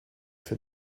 for